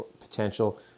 potential